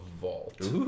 Vault